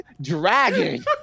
Dragon